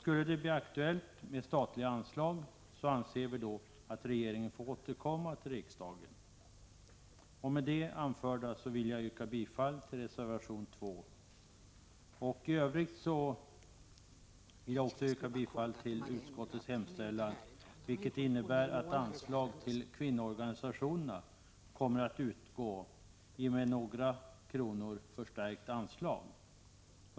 Skulle det bli aktuellt med statliga anslag anser vi att regeringen får återkomma till riksdagen. Med det anförda vill jag yrka bifall till reservation 2. I övrigt vill jag yrka bifall till utskottets hemställan, vilket innebär att ett med några kronor förstärkt anslag kommer att utgå till kvinnoorganisationerna.